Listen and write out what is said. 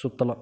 சுற்றணும்